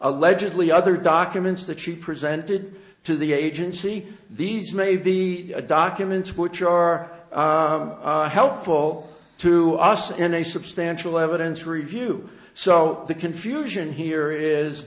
allegedly other documents that she presented to the agency these may be the documents which are helpful to us in a substantial evidence review so the confusion here is